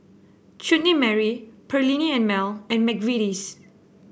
Chutney Mary Perllini and Mel and McVitie's